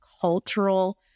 cultural